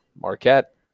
Marquette